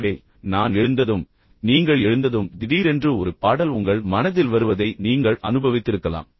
எனவே நான் எழுந்ததும் நீங்கள் எழுந்ததும் திடீரென்று ஒரு பாடல் உங்கள் மனதில் வருவதை நீங்கள் அனுபவித்திருக்கலாம்